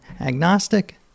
agnostic